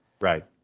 Right